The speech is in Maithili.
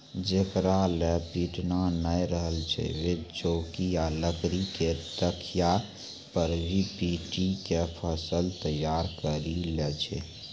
जेकरा लॅ पिटना नाय रहै छै वैं चौकी या लकड़ी के तख्ता पर भी पीटी क फसल तैयार करी लै छै